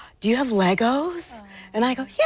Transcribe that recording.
do you have legos and i go, yeah